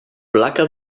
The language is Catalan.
placa